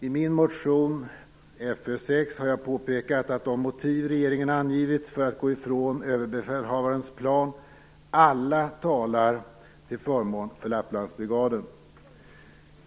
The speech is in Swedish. I min motion Fö6 har jag påpekat att de motiv regeringen angivit för att gå ifrån Överbefälhavarens plan alla talar till förmån för Lapplandsbrigaden.